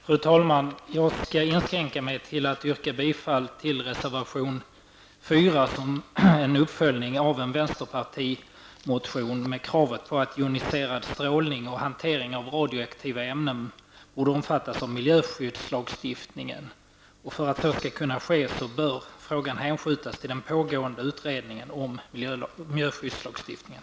Fru talman! Jag skall inskränka mig till att yrka bifall till reservation 4, som är en uppföljning av en vänsterpartimotion med krav på att joniserad strålning och hantering av radioaktiva ämnen bör omfattas av miljöskyddslagstiftningen. För att så skall kunna ske bör frågan hänskjutas till den pågående utredningen om miljöskyddslagstiftningen.